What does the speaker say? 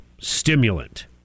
stimulant